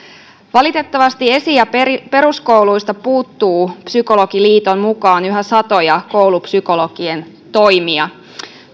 valitettavasti esi ja peruskouluista puuttuu psykologiliiton mukaan yhä satoja koulupsykologien toimia